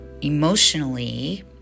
emotionally